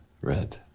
red